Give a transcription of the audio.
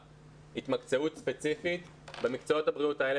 התמקצעות ספציפית במקצועות הבריאות האלה,